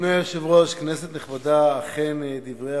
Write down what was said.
אני עובר להצעת החוק הבאה: הצעת חוק שירות הקבע בצבא הגנה-לישראל